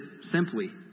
simply